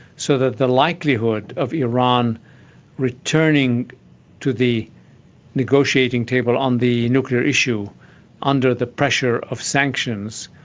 so that the likelihood of iran returning to the negotiating table on the nuclear issue under the pressure of sanctions,